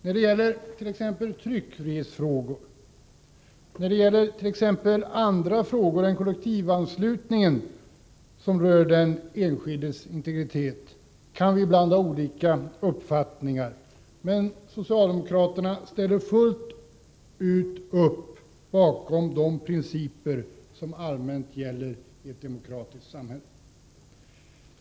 När det gäller t.ex. tryckfrihetsfrågor och andra frågor om den enskildes integritet kan vi ibland ha olika uppfattningar, men socialdemokraterna ställer fullt ut upp bakom de principer som allmänt gäller i ett demokratiskt samhälle.